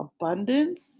abundance